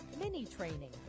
mini-training